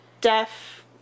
deaf